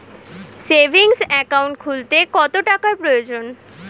Savings account খুলতে কত টাকার প্রয়োজন?